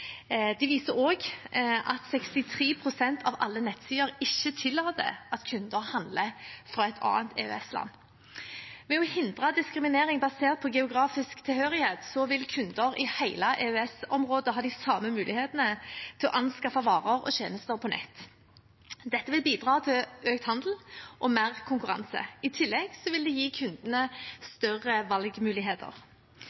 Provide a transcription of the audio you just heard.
De viser også at 63 pst. av alle nettsider ikke tillater at kundene handler fra et annet EØS-land. Ved å hindre diskriminering basert på geografisk tilhørighet vil kunder i hele EØS-området ha de samme mulighetene til å anskaffe varer og tjenester på nettet. Dette vil bidra til økt handel og mer konkurranse. I tillegg vil dette gi kundene